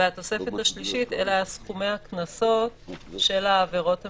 והתוספת השלישית אלה סכומי הקנסות של העבירות המינהליות.